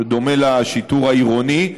שדומה לשיטור העירוני.